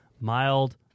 mild